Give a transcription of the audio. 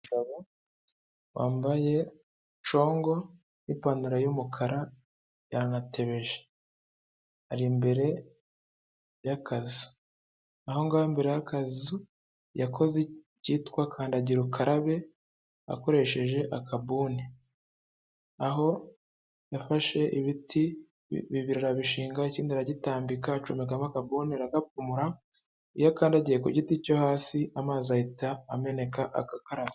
Umugabo wambaye congo n'ipantaro y'umukara yanatebeje. Ari imbere y'akazu. Aho ngaho imbere y'akazu yakoze icyitwa kandagira ukarabe, akoresheje akabuni. Aho yafashe ibiti bibiri arabishinga, ikindi aragitambika, acomekamo akabuni aragapfumura, iyo akandagiye ku giti cyo hasi amazi ahita ameneka agakaraba.